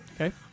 Okay